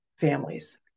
families